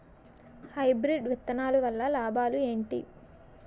Hybrid విత్తనాలు వల్ల లాభాలు ఏంటి?